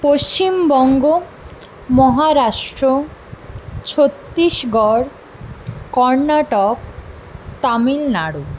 Paschimbanga Maharashtra Chhattisgarh Karnataka Tamil Nadu